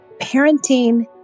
parenting